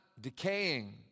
decaying